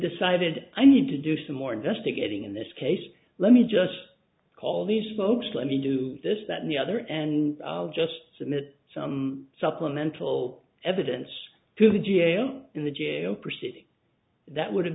decided i need to do some more investigating in this case let me just call these folks let me do this that me either and i'll just submit some supplemental evidence to the jail in the jail proceeding that would have